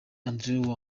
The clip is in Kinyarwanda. andrew